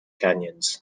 canyons